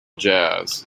jazz